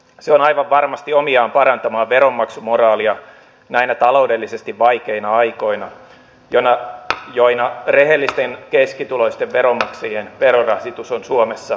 se on aivan varmasti omiaan parantamaan veronmaksumoraalia näinä taloudellisesti vaikeina aikoina joina rehellisten keskituloisten veronmaksajien verorasitus on suomessa varsin korkea